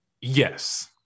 Yes